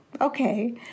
okay